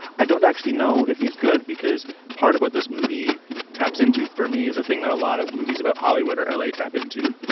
i don't actually know if he's good, because part of what this movie taps into for me is a thing that a lot of movies about hollywood or l a. tap into,